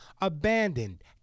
abandoned